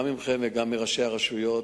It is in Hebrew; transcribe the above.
גם מכם וגם מראשי הרשויות,